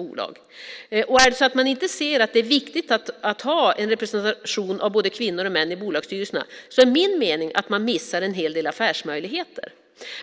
Om man inte ser att det är viktigt att ha en representation av både kvinnor och män i bolagsstyrelserna är min mening att man missar en hel del affärsmöjligheter.